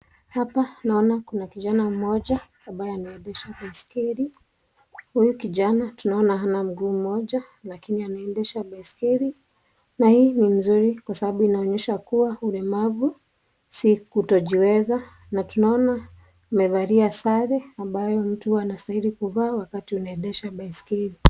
Hapa naona kuna kijana mmoja ambaye anaendesha baiskeli huyu kijana tunaoana hana mguu moja lakini anaendesha baiskeli na hii ni mzuri kwa sababu inaonyesha kuwa ulemavu si kutojiweza na tunaona amevalia sare ambayo mtu anastahili kuvaa wakati unaendesha baiskeli.